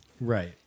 Right